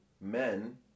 men